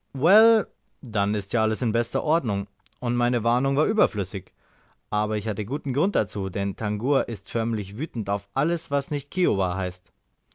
dann ist ja alles in bester ordnung und meine warnung war überflüssig aber ich hatte guten grund dazu denn tangua ist förmlich wütend auf alles was nicht kiowa heißt